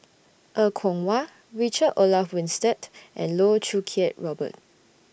Er Kwong Wah Richard Olaf Winstedt and Loh Choo Kiat Robert